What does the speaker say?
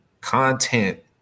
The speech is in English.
content